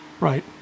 right